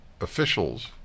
officials